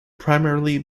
primarily